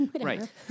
right